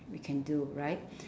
we can do right